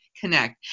connect